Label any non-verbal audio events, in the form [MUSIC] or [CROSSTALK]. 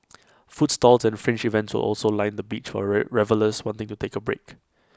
food stalls and fringe events also line the beach for [UNINTELLIGIBLE] revellers wanting to take A break